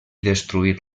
destruir